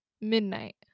midnight